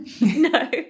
No